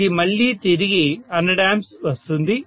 ఇది మళ్ళీ తిరిగి 100 A వస్తుంది